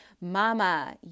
Mama